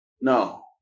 no